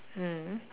mm